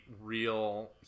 real